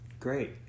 Great